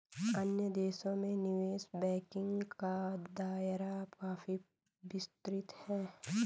अन्य देशों में निवेश बैंकिंग का दायरा काफी विस्तृत है